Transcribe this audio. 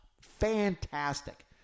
Fantastic